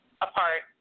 apart